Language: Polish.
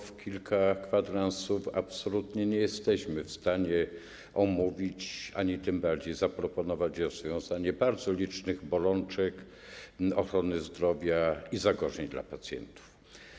W ciągu kilku kwadransów absolutnie nie jesteśmy w stanie omówić ani tym bardziej zaproponować rozwiązania dotyczącego bardzo licznych bolączek ochrony zdrowia i zagrożeń dla pacjentów.